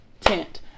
tent